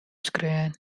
skreaun